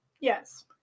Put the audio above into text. yes